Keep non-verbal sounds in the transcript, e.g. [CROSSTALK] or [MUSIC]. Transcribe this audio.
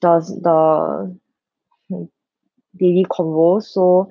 does the [NOISE] daily convo so